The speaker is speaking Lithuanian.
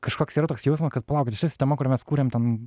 kažkoks yra toks jausmas kad palaukit šita sistema kurią mes kuriam ten